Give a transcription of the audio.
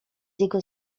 jego